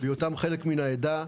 בהיותם חלק מהעדה,